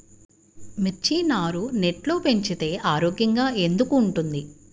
మిర్చి నారు నెట్లో పెంచితే ఆరోగ్యంగా ఎందుకు ఉంటుంది?